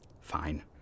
fine